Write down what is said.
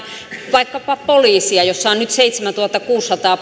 vaikkapa poliisia jossa on nyt seitsemäntuhattakuusisataa